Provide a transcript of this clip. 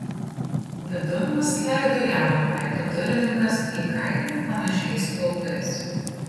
vidun mus įleido jauno veido durininkas į kailį panašiais plaukais